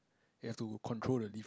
you have to control the leave